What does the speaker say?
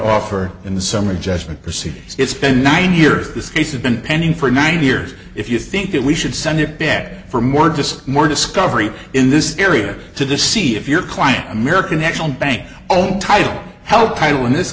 offer in the summary judgment proceeding it's been nine years this case has been pending for nine years if you think that we should send it back for more just more discovery in this area to the see if your client american national bank owned title held title in this